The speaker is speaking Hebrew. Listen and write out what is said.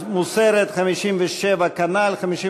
כן.